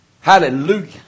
Hallelujah